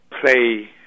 play